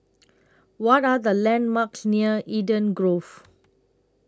What Are The landmarks near Eden Grove